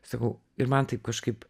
sakau ir man taip kažkaip